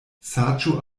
saĝo